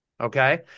Okay